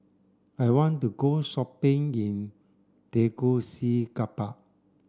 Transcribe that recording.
I want to go shopping in Tegucigalpa